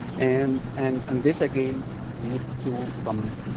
and and and this again leads to some